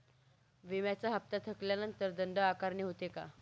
विम्याचा हफ्ता थकल्यानंतर दंड आकारणी होते का?